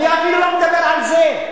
אני אפילו לא מדבר על זה.